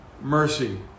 mercy